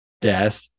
death